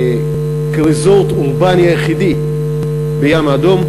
כריזורט האורבני היחידי בים האדום,